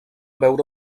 veure